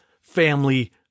family